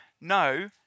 No